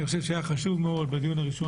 אני חושב שהיה חשוב מאוד בדיון הראשון